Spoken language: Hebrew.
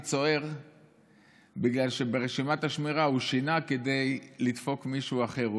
צוער בגלל שהוא שינה את רשימת השמירה כדי לדפוק מישהו אחר,